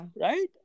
Right